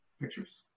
pictures